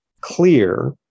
clear